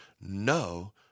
no